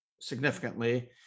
significantly